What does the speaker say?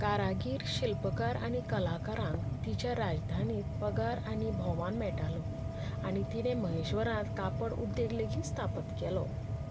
कारागीर शिल्पकार आनी कलाकारांक तिच्या राजधानींत पगार आनी भोवमान मेळटालो आनी तिणें महेश्वरांत कापड उद्देग लेगीत स्थापीत केलो